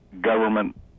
government